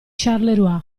charleroi